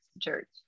church